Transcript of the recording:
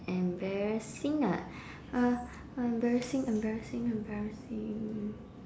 embarrassing ah uh uh embarrassing embarrassing embarrassing